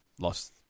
lost